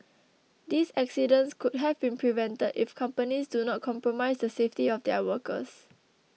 these accidents could have been prevented if companies do not compromise the safety of their workers